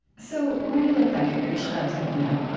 so when you look back at your childhood now,